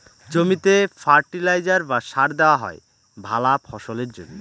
জমিতে ফার্টিলাইজার বা সার দেওয়া হয় ভালা ফসলের জন্যে